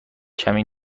کمی